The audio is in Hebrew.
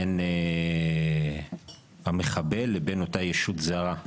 בין המחבל לבין אותה ישות זרה,